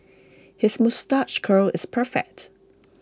his moustache curl is perfect